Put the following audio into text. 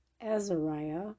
Azariah